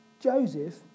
Joseph